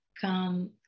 come